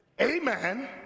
amen